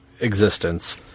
existence